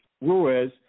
Ruiz